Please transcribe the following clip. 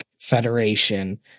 federation